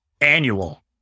annual